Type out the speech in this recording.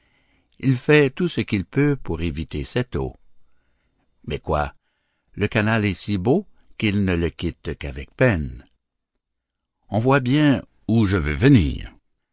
il fait tout ce qu'il peut pour éviter cette eau mais quoi le canal est si beau qu'il ne le quitte qu'avec peine on voit bien où je veux venir